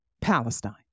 Palestine